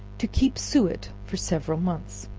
to keep suet for several months.